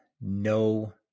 no